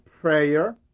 prayer